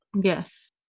Yes